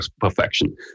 perfection